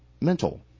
mental